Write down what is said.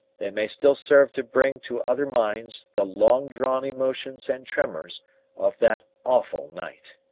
they may still serve to bring to other minds the long-drawn emotions and tremors of that awful night.